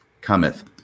cometh